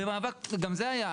גם זה היה,